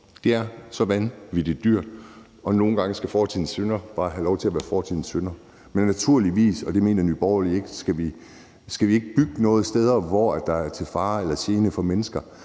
Det er så vanvittig dyrt, og nogle gange skal fortidens synder bare have lov at være fortidens synder. Men naturligvis – det mener Nye Borgerlige – skal vi ikke bygge nogen steder, hvor det er til fare eller gene for mennesker.